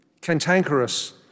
cantankerous